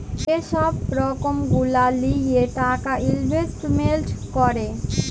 যে ছব রকম গুলা লিঁয়ে টাকা ইলভেস্টমেল্ট ক্যরে